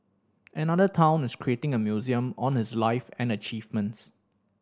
another town is creating a museum on his life and achievements